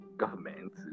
government